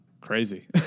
crazy